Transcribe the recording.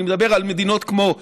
אני מדבר על מדינות כמו הולנד,